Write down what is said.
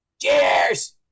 Cheers